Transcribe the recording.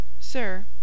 Sir